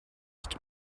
just